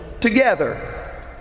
together